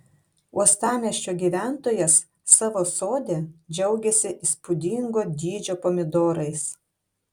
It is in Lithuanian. uostamiesčio gyventojas savo sode džiaugiasi įspūdingo dydžio pomidorais